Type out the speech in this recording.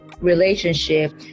relationship